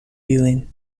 ilin